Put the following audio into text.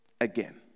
Again